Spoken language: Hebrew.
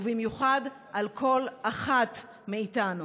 ובמיוחד על כל אחת מאיתנו.